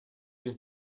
den